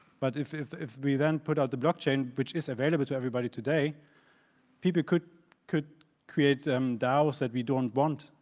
but if if we then put out the blockchain, which is available to everybody today people could could create ah um daos that we don't want,